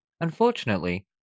Unfortunately